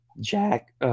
Jack